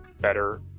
better